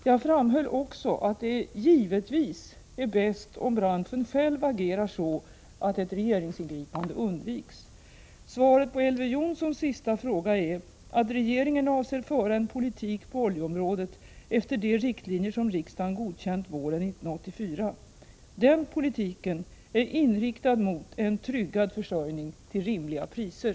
Jag framhöll också att det givetvis är bäst om branschen själv agerar så att ett regeringsingripande undviks. Svaret på Elver Jonssons sista fråga är att regeringen avser föra en politik på oljeområdet efter de riktlinjer som riksdagen godkänt våren 1984. Den politiken är inriktad mot en tryggad försörjning till rimliga priser.